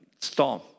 storm